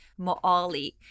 Moali